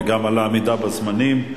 וגם על העמידה בזמנים.